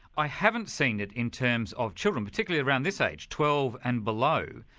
i haven't seen it in terms of children, particularly around this age, twelve and below.